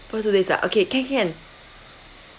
first two days ah okay can can can